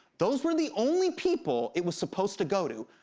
those were the only people it was supposed to go to,